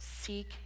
seek